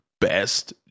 best